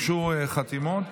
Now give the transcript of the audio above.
הוגשו חתימות.